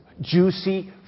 juicy